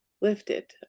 Lifted